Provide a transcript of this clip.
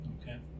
Okay